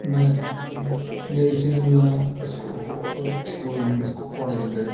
നേഴ്സിങ്ങിനുള്ള സ്കൂളുണ്ട് കോളേജുണ്ട്